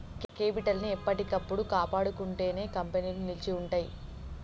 capital ని ఎప్పటికప్పుడు కాపాడుకుంటేనే కంపెనీలు నిలిచి ఉంటయ్యి